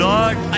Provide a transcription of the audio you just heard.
Lord